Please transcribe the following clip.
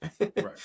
Right